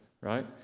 Right